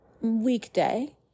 weekday